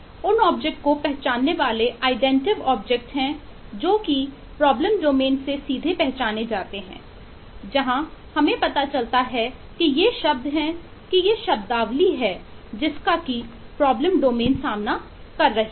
और उन ऑब्जेक्ट सामना कर रही है